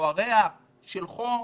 וריח וחום,